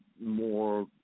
more